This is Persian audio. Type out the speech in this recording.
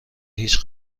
هیچ